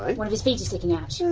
one of his feet is sticking out. so